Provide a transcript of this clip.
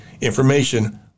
information